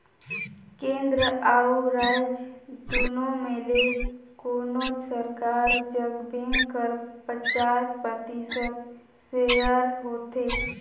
केन्द्र अउ राएज दुनो में ले कोनोच सरकार जग बेंक कर पचास परतिसत सेयर होथे